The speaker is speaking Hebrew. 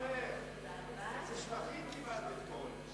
יואיל להפעיל את שעון ההצבעה על מנת